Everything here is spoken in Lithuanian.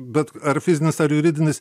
bet ar fizinis ar juridinis